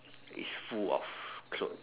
is full of clothes